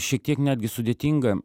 šiek tiek netgi sudėtinga